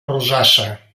rosassa